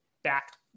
back